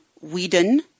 Whedon